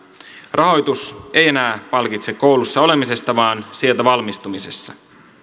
rahoitus ei enää palkitse koulussa olemisesta vaan sieltä valmistumisesta